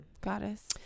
goddess